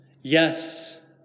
Yes